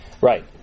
Right